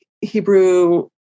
Hebrew